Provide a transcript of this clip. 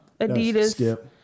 Adidas